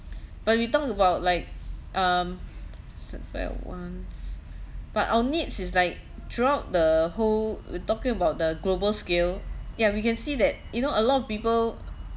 but we talked about like um s~ well wants but our needs is like throughout the whole we're talking about the global scale ya we can see that you know a lot of people